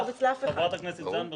חברת הכנסת זנדברג,